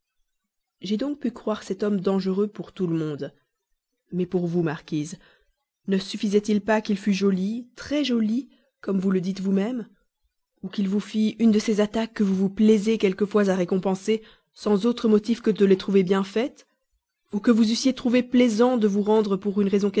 j'ai donc pu croire cet homme dangereux pour tout le monde mais pour vous marquise ne suffisait-il pas qu'il fût joli très joli comme vous le dites vous-même ou qu'il vous fît une de ces attaques que vous vous plaisez quelquefois à récompenser sans autre motif que de les trouver bien faites ou que vous eussiez trouvé plaisant de vous rendre par une raison